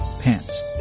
pants